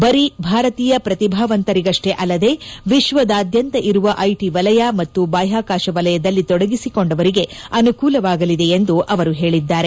ಬರೀ ಭಾರತೀಯ ಪ್ರತಿಭಾವಂತರಿಗಷ್ಟೇ ಅಲ್ಲದೆ ವಿಶ್ವದಾದ್ಯಂತ ಇರುವ ಐಟಿ ವಲಯ ಮತ್ತು ಬಾಹ್ವಾಕಾಶವಲಯದಲ್ಲಿ ತೊಡಗಿಸಿಕೊಂಡವರಿಗೆ ಅನುಕೂಲವಾಗಲಿದೆ ಎಂದು ಹೇಳಿದ್ದಾರೆ